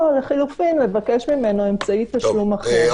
או לחילופין לבקש ממנו אמצעי תשלום אחר.